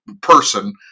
person